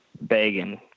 begging